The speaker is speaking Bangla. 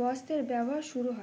বস্ত্রের ব্যবহার শুরু হয়